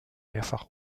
mehrfach